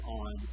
on